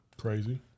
Crazy